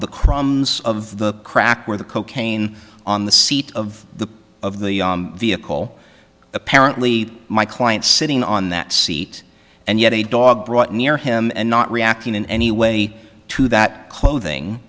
the crumbs of the crack or the cocaine on the seat of the of the vehicle apparently my client sitting on that seat and yet a dog brought near him and not reacting in any way to that clothing